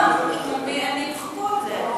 לא, הם ימחקו את זה.